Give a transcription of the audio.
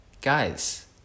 Guys